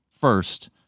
first